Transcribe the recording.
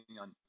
on